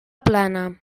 plana